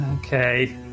Okay